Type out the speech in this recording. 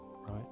right